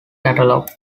catalogue